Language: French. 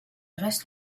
reste